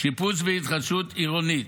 שיפוץ והתחדשות עירונית,